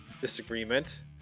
disagreement